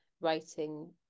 writing